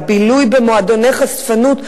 הבילוי במועדוני חשפנות,